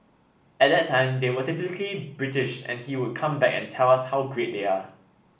at that time they were typically British and he would come back and tell us how great they are